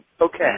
Okay